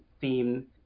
theme